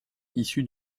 issu